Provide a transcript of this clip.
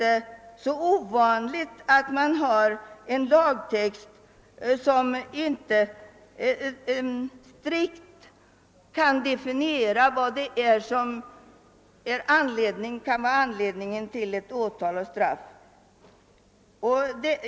Det är således inte ovanligt att man har en lagtext som inte strikt definierar vad som kan vara anledningen till åtal och straff.